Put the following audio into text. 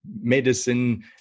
medicine